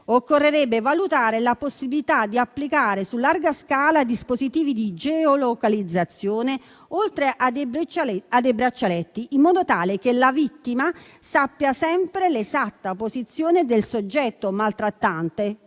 occorrerebbe valutare la possibilità di applicare su larga scala dispositivi di geo localizzazione, oltre ai braccialetti, in modo tale che la vittima conosca sempre l'esatta posizione del soggetto maltrattante,